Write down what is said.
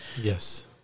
Yes